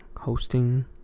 hosting